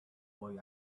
boy